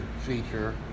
feature